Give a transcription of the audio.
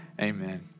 Amen